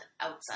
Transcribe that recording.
outside